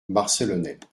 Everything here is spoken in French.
barcelonnette